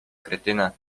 kretyna